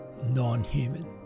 non-human